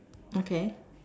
okay